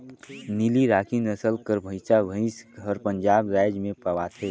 नीली राकी नसल कर भंइसा भंइस हर पंजाब राएज में पवाथे